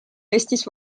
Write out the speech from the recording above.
eestis